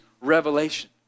revelation